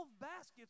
baskets